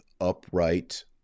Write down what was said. upright